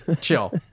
chill